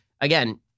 again